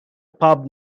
pub